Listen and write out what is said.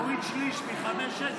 אז תוריד שליש מחמש-שש,